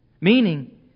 Meaning